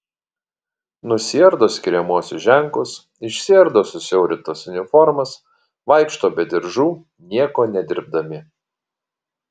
nusiardo skiriamuosius ženklus išsiardo susiaurintas uniformas vaikšto be diržų nieko nedirbdami